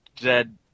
dead